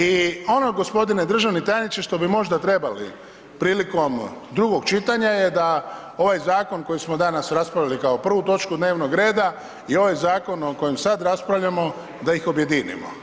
I ono gospodine državni tajniče što bi možda trebali prilikom drugog čitanja je da ovaj zakon koji smo danas raspravili kao prvu točku dnevnog reda i ovaj zakon o kojem sad raspravljamo da ih objedinimo.